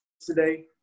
today